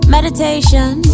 Meditation